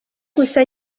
gusa